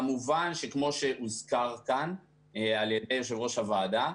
כמובן שכמו שהוזכר כאן על ידי יושב-ראש הוועדה,